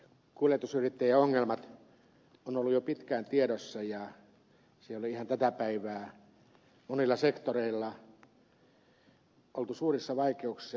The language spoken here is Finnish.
kuljetusyrittäjien ongelmat ovat olleet jo pitkään tiedossa ja siellä on monilla sektoreilla oltu suurissa vaikeuksissa